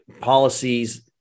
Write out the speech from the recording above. policies